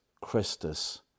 Christus